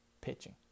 pitching